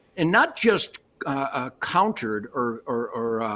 and not just ah countered or,